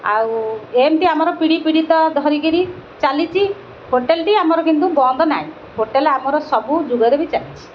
ଆଉ ଏମିତି ଆମର ପିଢ଼ି ପିଢ଼ି ତ ଧରିକିରି ଚାଲିଛି ହୋଟେଲ୍ଟି ଆମର କିନ୍ତୁ ବନ୍ଦ ନାହିଁ ହୋଟେଲ୍ ଆମର ସବୁ ଯୁଗରେ ବି ଚାଲିଛି